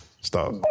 stop